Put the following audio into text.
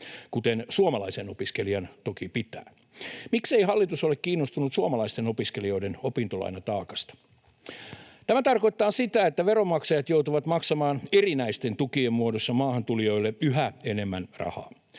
kuten suomalaisen opiskelijan toki pitää. Miksei hallitus ole kiinnostunut suomalaisten opiskelijoiden opintolainataakasta? Tämä tarkoittaa sitä, että veronmaksajat joutuvat maksamaan erinäisten tukien muodossa maahantulijoille yhä enemmän rahaa.